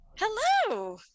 Hello